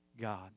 God